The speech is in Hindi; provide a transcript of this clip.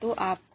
तो आपको